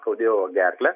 skaudėjo gerklę